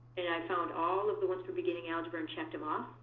and i found all of the ones from beginning algebra and checked them off.